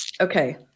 okay